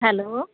hello